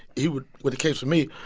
he would, when it came to me,